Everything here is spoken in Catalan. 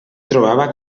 trobava